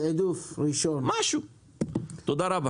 תודה רבה.